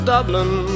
Dublin